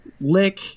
lick